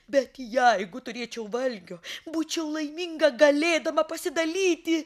bet jeigu turėčiau valgio būčiau laiminga galėdama pasidalyti